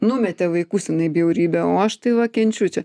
numetė vaikus jinai bjaurybė o aš tai va kenčiu čia